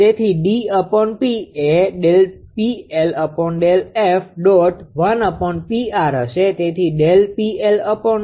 તેથી એ હશે